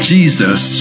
Jesus